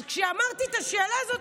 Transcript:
אז כששאלתי את השאלה הזאת,